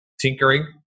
tinkering